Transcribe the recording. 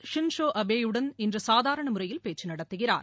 ஷின் so அபேயுடன் இன்று சாதாரண முறையில் பேச்சு நடத்துகிறார்